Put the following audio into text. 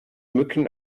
mücken